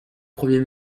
premier